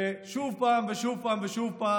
ושוב ושוב ושוב,